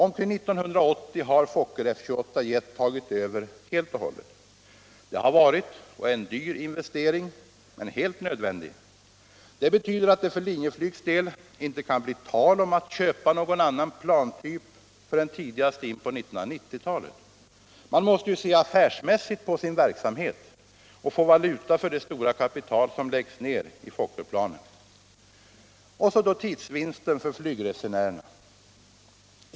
Omkring 1980 har Fokker F 28 jet tagit över helt och hållet. Det har varit och är en dyr investering, men helt nödvändig. Detta betyder att det för Linjeflygs del inte kan bli tal om att köpa någon annan plantyp förrän tidigast på 1990-talet. Man måste ju se affärsmässigt på sin verksamhet och få valuta för det stora kapital som läggs ned i Fokkerplanen. Så tidsvinsten för Nygresenärerna.